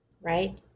Right